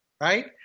right